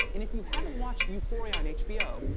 and if you haven't watched euphoria on hbo,